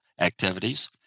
activities